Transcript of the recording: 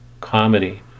comedy